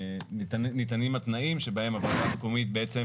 ניתנים התנאים שבהם הוועדה המקומית בעצם